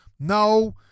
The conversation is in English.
No